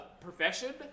profession